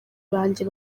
banjye